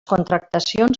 contractacions